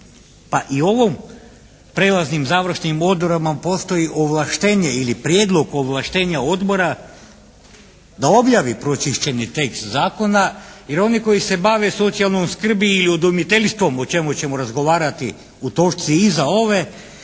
pa i ovom, prijelaznim završnim odredbama postoji ovlaštenje ili prijedlog ovlaštenja odbora da objavi pročišćeni tekst zakona jer oni koji se bave socijalnom skrbi i udomiteljstvom o čemu ćemo razgovarati u točci iza ove